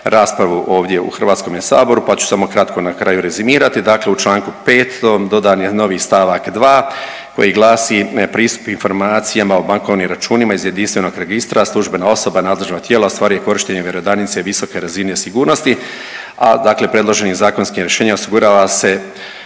raspravu ovdje u Hrvatskome saboru pa ću samo kratko na kraju rezimirati. Dakle, u Članku 5. dodan je novi stavak 2. koji glasi. Pristup informacijama o bankovnim računima iz jedinstvenog registra službena osoba nadležnog tijela ostvaruje korištenjem vjerodajnice i visoke razine sigurnosti, a dakle predloženim zakonskim rješenjem osigurava se